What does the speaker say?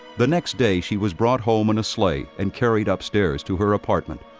the next day she was brought home in a sleigh and carried upstairs to her apartment,